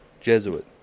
Jesuit